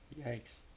yikes